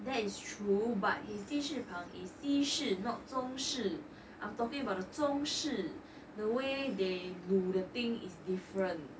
that is true but he's 鸡翅膀 is 西式 not 中式 I'm talking about the 中式 the way they 卤 the thing is different